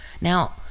Now